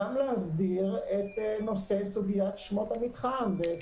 גם להסדיר את נושא סוגיית שמות המתחם.